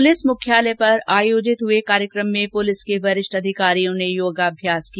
police मुख्यालय पर आयोजित हुए कार्यक्रम में पुलिस के वरिष्ठ अधिकारियों ने योगाभ्यास किया